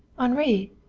henri!